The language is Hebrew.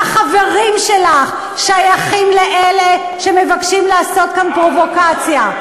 והחברים שלך שייכים לאלה שמבקשים לעשות כאן פרובוקציה.